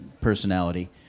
personality